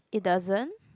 it doesn't